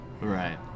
Right